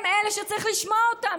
הם אלה שצריך לשמוע אותם.